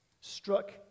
struck